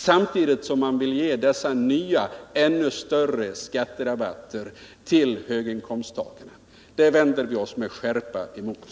Samtidigt vill man ge ännu större skatterabatter till höginkomsttagarna, och det vänder vi oss med skärpa mot.